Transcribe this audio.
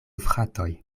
fratoj